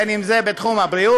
בין אם זה בתחום הבריאות,